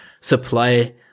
supply